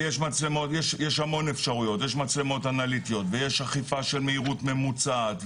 יש המון אפשרויות: יש מצלמות אנליטיות ויש אכיפה של מהירות ממוצעת.